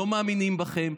לא מאמינים בכם,